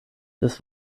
des